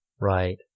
Right